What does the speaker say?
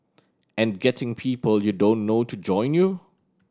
and getting people you don't know to join you